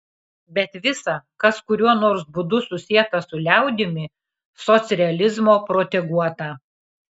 bet visa kas kuriuo nors būdu susieta su liaudimi socrealizmo proteguota